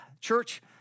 church